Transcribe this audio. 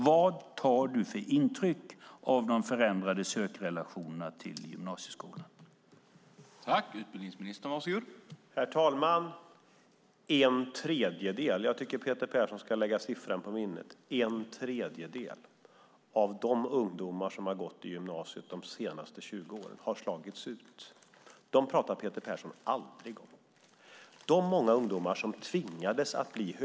Vad tar du för intryck av de förändrade sökrelationerna till gymnasieskolan, Jan Björklund?